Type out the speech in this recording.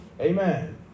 Amen